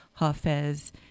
Hafez